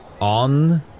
on